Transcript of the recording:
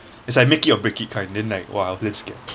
it's like make it or break it kind then like !wah! damn scared